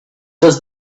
does